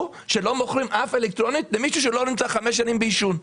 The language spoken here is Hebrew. שלא מוכרים אף אלקטרונית למישהו שלא נמצא חמש שנים בעישון.